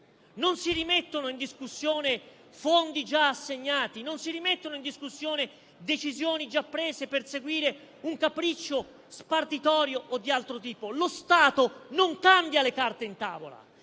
Non si rimettono in discussione fondi già assegnati; non si rimettono in discussione decisioni già prese per seguire un capriccio spartitorio o di altro tipo. Lo Stato non cambia le carte in tavola;